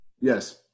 Yes